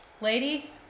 lady